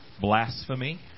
blasphemy